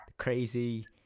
crazy